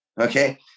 okay